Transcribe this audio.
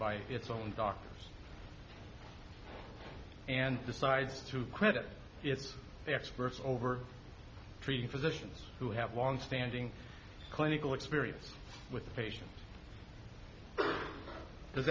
by its own doctors and decides to quit its experts over treating physicians who have longstanding clinical experience with patients does